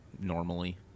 normally